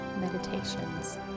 Meditations